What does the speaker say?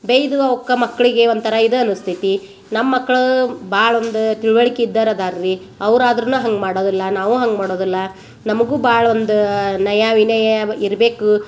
ಬೈದು ಅವ್ಕ ಮಕ್ಕಳಿಗೆ ಒಂಥರ ಇದು ಅನಸ್ತೈತಿ ನಮ್ಮ ಮಕ್ಕಳು ಭಾಳ ಒಂದು ತಿಳ್ವಳಿಕೆ ಇದ್ದರದ್ದಾರ್ರಿ ಅವ್ರು ಆದ್ರನ ಹಂಗೆ ಮಾಡೋದುಲ್ಲ ನಾವು ಹಂಗೆ ಮಾಡೋದಿಲ್ಲ ನಮಗೂ ಭಾಳ ಒಂದು ನಯ ವಿನಯ ಇರಬೇಕು